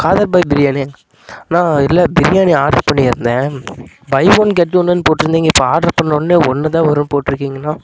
காதர் பாய் பிரியாணியா அண்ணா இல்லை பிரியாணி ஆர்டர் பண்ணியிருந்தேன் பை ஒன் கெட் ஒன்னு போட்டிருந்தீங்க இப்போ ஆர்டர் பண்ணவுடனே ஒன்று தான் வரும் போட்டு இருக்கீங்கண்ணா